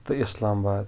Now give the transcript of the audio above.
تہٕ اسلاآمباد